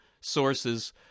sources